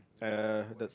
uh